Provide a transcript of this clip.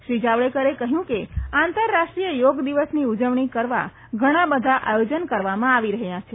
શ્રી જાવડેકરે કહયું કે આંતરરાષ્ટ્રીય યોગ દિવસની ઉજવણી કરવા ઘણા આયોજન કરવામાં આવી રહયાં છે